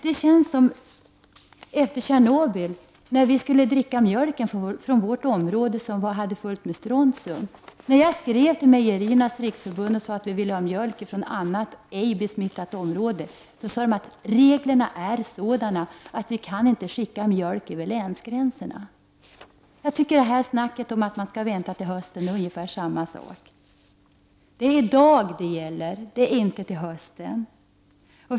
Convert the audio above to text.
Det känns som efter Tjernobyl, när vi skulle dricka den mjölk från vårt område som innehöll mycket strontium. När jag skrev till Mejeriernas riksförbund att vi ville ha mjölk från annat, ej besmittat område, sade man att reglerna var sådana att man inte kunde skicka mjölk över länsgränserna. Talet om att vänta till hösten är ungefär likadant. Det gäller i dag, inte i höst.